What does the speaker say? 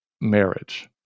marriage